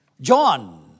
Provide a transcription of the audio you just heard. John